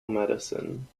medicine